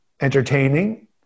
entertaining